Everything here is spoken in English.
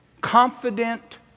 Confident